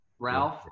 Ralph